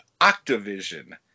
Octavision